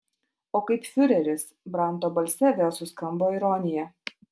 o kaip fiureris branto balse vėl suskambo ironija